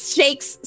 shakes